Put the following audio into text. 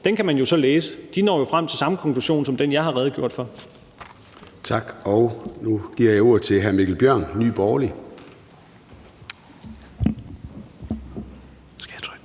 Den kan man jo så læse. De når jo frem til samme konklusion som den, jeg har redegjort for. Kl. 13:19 Formanden (Søren Gade): Tak. Nu giver jeg ordet til hr. Mikkel Bjørn, Nye Borgerlige.